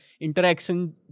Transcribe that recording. interaction